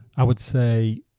i would say